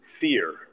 fear